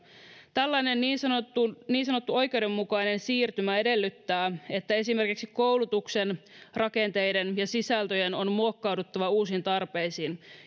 tällainen niin sanottu oikeudenmukainen siirtymä edellyttää että esimerkiksi koulutuksen rakenteiden ja sisältöjen on muokkauduttava uusiin tarpeisiin